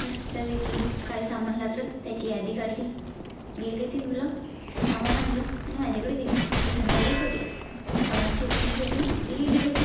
मस्तपैकी काय सामान लागलं त्याची यादी काढली गेले ती मुलं सामान आणलं आणि माझ्याकडे दिलं म्हटलं संध्याकाळी करूया सामानची शिफ्टिंग झाली ती गेली घरी